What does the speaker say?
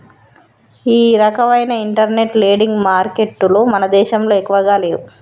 ఈ రకవైన internet lending మారికెట్టులు మన దేశంలో ఎక్కువగా లేవు